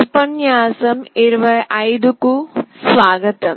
ఉపన్యాసం 25 కు స్వాగతం